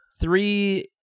three